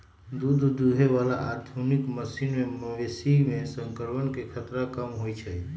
दूध दुहे बला आधुनिक मशीन से मवेशी में संक्रमण के खतरा कम होई छै